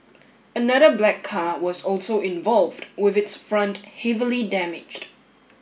another black car was also involved with its front heavily damaged